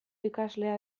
ikaslea